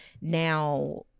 now